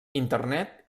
internet